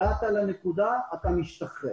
הגעת לנקודה אתה משתחרר.